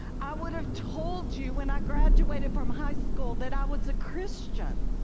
i would've told you when i graduated from high school that i was a christian.